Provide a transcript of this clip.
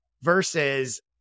versus